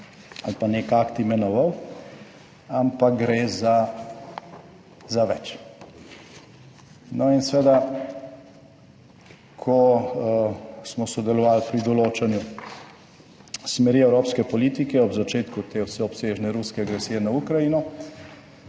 ali pa nek akt imenoval, ampak gre za več. No, in seveda, ko smo sodelovali pri določanju smeri evropske politike ob začetku te vseobsežne ruske agresije na Ukrajino,